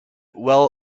well